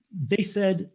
they said